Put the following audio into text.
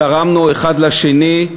תרמנו אחד לשני,